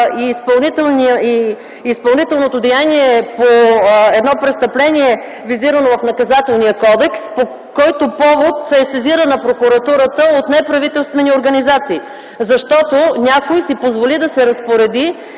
и изпълнително деяние по едно престъпление, визирано в Наказателния кодекс, по който повод е сезирана прокуратурата от неправителствени организации, защото някой си позволи да се разпореди